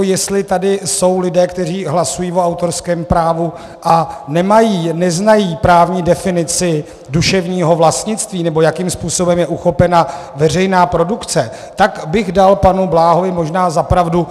Jestli tady jsou lidé, kteří hlasují o autorském právu a nemají, neznají právní definici duševního vlastnictví, nebo jakým způsobem je uchopena veřejná produkce, tak bych dal panu Bláhovi možná za pravdu.